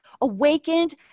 awakened